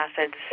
acids